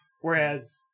Whereas